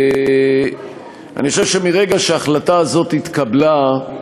אני חושב שמהרגע שההחלטה הזאת התקבלה,